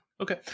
Okay